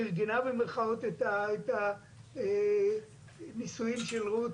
אני טוען שבהיבט המשפטי המהותי יש אל מול